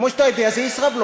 כמו שאתה יודע, זה ישראבלוף.